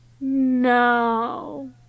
no